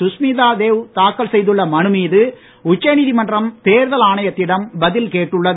சுஷ்மிதா தேவ் தாக்கல் செய்துள்ள மனு மீது உச்சநீதிமன்றம் தேர்தல் ஆணையத்திடம் பதில் கேட்டுள்ளது